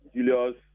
Julius